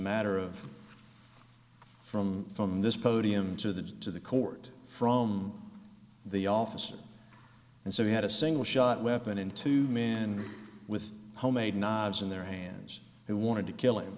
matter of from from this podium to the to the court from the officers and so they had a single shot weapon into a man with homemade knobs in their hands who wanted to kill him